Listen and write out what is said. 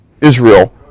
Israel